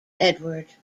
edward